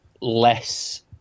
less